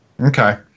Okay